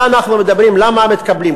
אנחנו מדברים, למה לא מתקבלים.